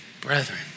brethren